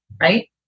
Right